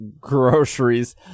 groceries